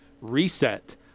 reset